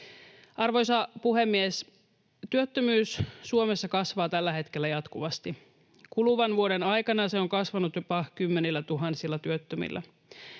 Arvoisa puhemies! Työttömyys Suomessa kasvaa tällä hetkellä jatkuvasti. Kuluvan vuoden aikana se on kasvanut jopa kymmenillätuhansilla työttömillä.